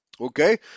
Okay